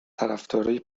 طرفدارای